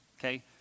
Okay